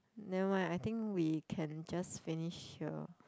nevermind I think we can just finish here